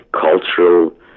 cultural